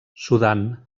sudan